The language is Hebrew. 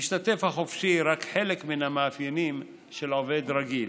למשתתף החופשי רק חלק מן המאפיינים של עובד רגיל.